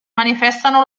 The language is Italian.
manifestano